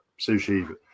sushi